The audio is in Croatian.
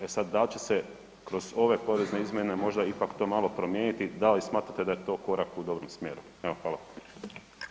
A sad da li će se kroz ove porezne izmjene možda ipak to malo promijeniti, da li smatrate da je to korak u dobrom smjeru?